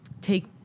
take